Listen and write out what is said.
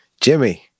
Jimmy